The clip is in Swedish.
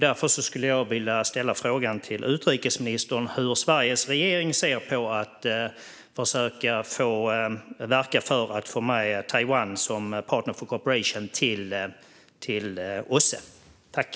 Därför skulle jag vilja ställa frågan till utrikesministern hur Sveriges regering ser på att försöka verka för att få med Taiwan som partner for cooperation till OSSE.